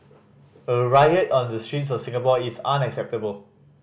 a riot on the streets of Singapore is unacceptable